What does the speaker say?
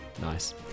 Nice